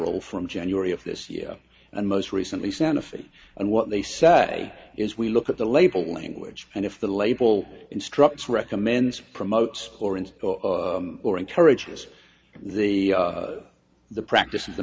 role from january of this year and most recently santa fe and what they say is we look at the label language and if the label instructs recommends promotes orange or encourages the the practice of the